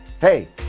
Hey